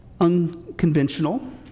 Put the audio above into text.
unconventional